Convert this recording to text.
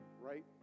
Right